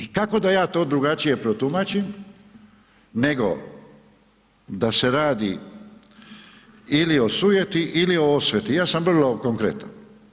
I kako da ja to drugačije protumačim nego da se radi ili o sujeti ili o osveti, ja sam vrlo konkretan.